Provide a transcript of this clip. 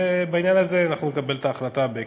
ובעניין הזה אנחנו נקבל את ההחלטה בהקדם.